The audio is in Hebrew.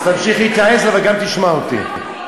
אז תמשיך להתייעץ אבל גם תשמע אותי.